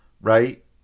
right